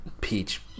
Peach